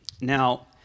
Now